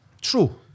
True